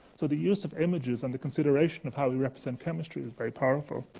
so, the use of images and consideration of how we represent chemistry is very powerful.